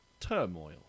turmoil